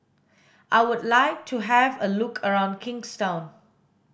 I would like to have a look around Kingstown